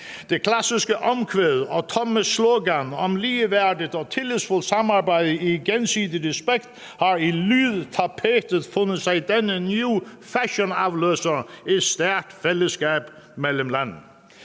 Det klassiske omkvæd og tomme slogan om ligeværdigt og tillidsfuldt samarbejde i gensidig respekt har i lydtapetet fundet sig denne new fashion-afløser: et stærkt fællesskab mellem landene.